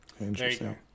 Interesting